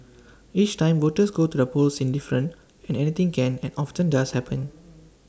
each time voters go to the polls is different and anything can and often does happen